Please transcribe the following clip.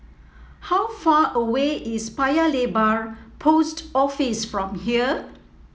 how far away is Paya Lebar Post Office from here